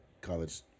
college